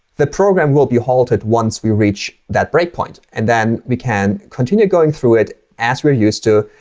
the program we'll be halted once we reach that breakpoint. and then we can continue going through it as we're used to.